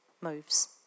moves